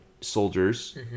soldiers